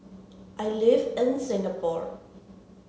I live in Singapore